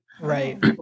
Right